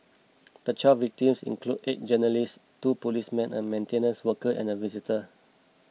the twelve victims included eight journalists two policemen a maintenance worker and a visitor